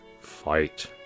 fight